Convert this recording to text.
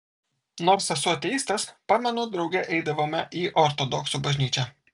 nors esu ateistas pamenu drauge eidavome į ortodoksų bažnyčią